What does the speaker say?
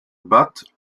bath